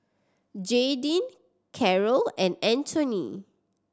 Jaydin Carol and Antoine